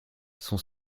son